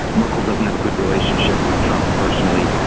merkel doesn't have a good relationship with trump personally.